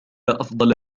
أفضل